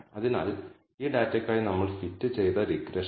അതിനാൽ β1 ൽ 0 ഉൾപ്പെടുന്നു എന്ന നൾ ഹൈപോതെസിസ് നമുക്ക് നിരസിക്കാം